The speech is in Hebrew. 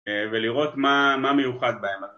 ולראות מה מה מיוחד בהם